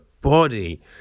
body